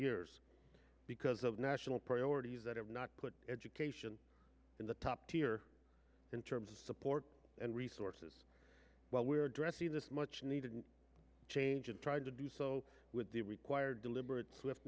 years because of national priorities that have not put education in the top tier in terms of support and resources while we are addressing this much needed change and tried to do so with the required deliberate s